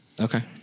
Okay